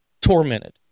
tormented